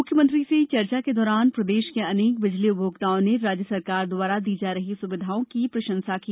मुख्यमंत्री से चर्चा के दौरान प्रदेश के अनेक बिजली उपभोक्ताओं ने राज्य शासन द्वारा दी जा रही सुविधाओं की प्रशंसा की